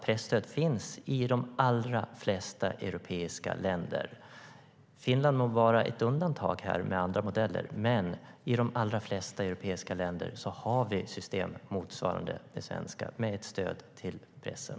Presstöd finns i de allra flesta europeiska länder. Finland må vara ett undantag här med andra modeller. Men i de allra flesta europeiska länder har vi system motsvarande det svenska med ett stöd till pressen.